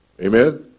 Amen